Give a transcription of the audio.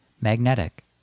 magnetic